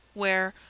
where,